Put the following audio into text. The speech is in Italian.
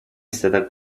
stata